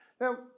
Now